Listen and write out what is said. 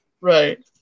Right